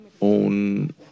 own